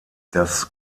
das